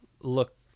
look